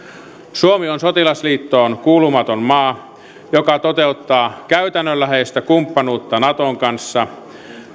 suomi on sotilasliittoon kuulumaton maa joka toteuttaa käytännönläheistä kumppanuutta naton kanssa